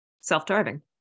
self-driving